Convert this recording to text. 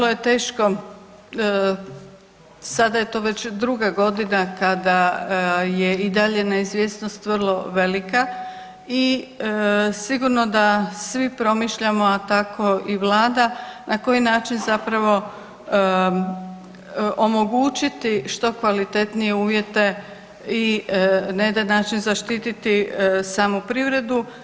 Da, vrlo je teško sada je to već druga godina kada je i dalje neizvjesnost vrlo velika i sigurno da svi promišljamo, a tako i Vlada na koji način zapravo omogućiti što kvalitetnije uvjete i na jedan način zaštiti samu privredu.